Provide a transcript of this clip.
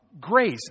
grace